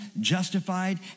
justified